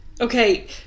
Okay